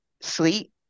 Sleep